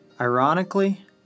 Ironically